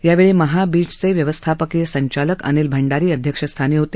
त्यावेळी महाबीजचे व्यवस्थापकीय संचालक अनिल भंडारीअध्यक्ष स्थानी होते